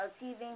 achieving